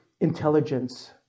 intelligence